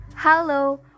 Hello